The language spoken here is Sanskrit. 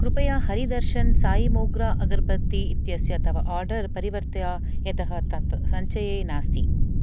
कृपया हरिदर्शन् सायि मोग्रा अगर्बत्ती इत्यस्य तव आर्डर् परिवर्तय यतः तत् सञ्चये नास्ति